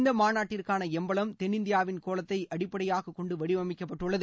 இந்த மாநாட்டிற்கான எம்பளம் தென்னந்தியாவின் கோலத்தை அடிப்படையாக கொண்டு வடிவமைக்கப்பட்டுள்ளது